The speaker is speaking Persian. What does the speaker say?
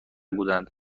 بودند